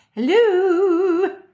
Hello